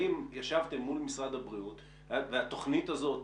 האם ישבתם מול משרד הבריאות והתכנית הזאת